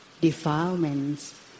defilements